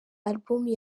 album